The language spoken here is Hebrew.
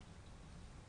שלהם.